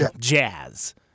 jazz